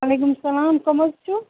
وعلیکُم سلام کٕم حظ چھُو